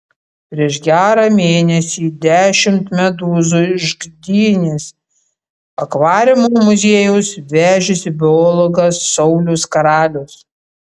prieš gerą mėnesį dešimt medūzų iš gdynės akvariumo muziejaus vežėsi biologas saulius karalius